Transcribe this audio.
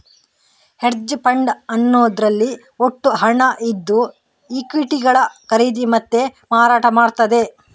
hedge fund ಅನ್ನುದ್ರಲ್ಲಿ ಒಟ್ಟು ಹಣ ಇದ್ದು ಈಕ್ವಿಟಿಗಳ ಖರೀದಿ ಮತ್ತೆ ಮಾರಾಟ ಮಾಡ್ತದೆ